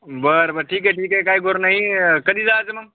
बरं बरं ठीक आहे ठीक आहे काय करु नाही कधी जायचं मग